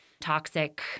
toxic